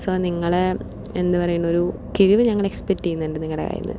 so നിങ്ങളെ എന്തു പറയണ്ടേ ഒരു കിഴിവ് ഞങ്ങള് എക്സ്പെറ്റ് ചെയ്യുന്നുണ്ട് നിങ്ങളുടെ കയ്യിൽ നിന്ന്